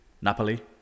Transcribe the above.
Napoli